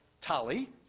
Tali